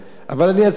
בגלל שאתה יודע,